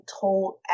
told